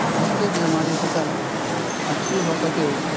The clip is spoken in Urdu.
جس سے کہ ہماری فصل اچھی ہو سکے